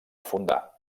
fundar